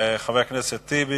חבר הכנסת טיבי?